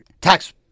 Tax